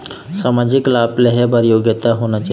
सामाजिक लाभ लेहे बर का योग्यता होना चाही?